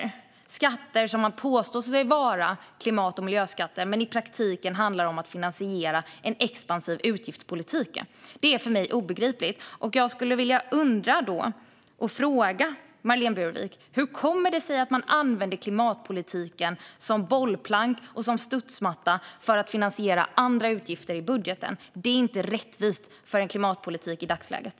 Det är skatter som man påstår är klimat och miljöskatter, men i praktiken handlar det om att finansiera en expansiv utgiftspolitik. Det är för mig obegripligt. Jag skulle vilja fråga Marlene Burwick: Hur kommer det sig att man använder klimatpolitiken som bollplank och studsmatta för att finansiera andra utgifter i budgeten? Det är inte rättvist för en klimatpolitik i dagsläget.